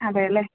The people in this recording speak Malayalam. അതെയല്ലെ